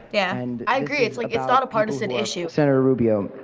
yeah. and i agree. it's like it's not a partisan issue. senator rubio,